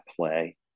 play